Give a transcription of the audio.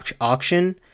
auction